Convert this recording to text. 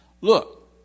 Look